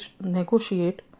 negotiate